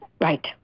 Right